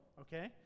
okay